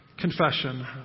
confession